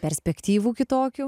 perspektyvų kitokių